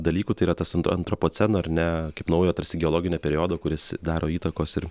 dalykų tai yra tas ant antropoceno ar ne kaip naujo tarsi geologinio periodo kuris daro įtakos ir